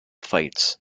fights